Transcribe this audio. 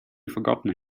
forgotten